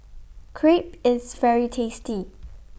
Crepe IS very tasty